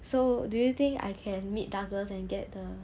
so do you think I can meet douglas and get the